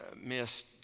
missed